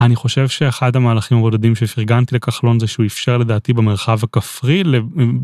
אני חושב שאחד המהלכים הבודדים שפריגנתי לכחלון זה שהוא אפשר לדעתי במרחב הכפרי...